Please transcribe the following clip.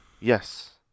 Yes